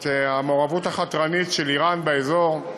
את המעורבות החתרנית של איראן באזור,